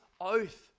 oath